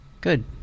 Good